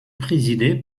présidée